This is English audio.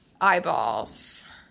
eyeballs